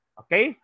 okay